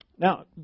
Now